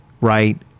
right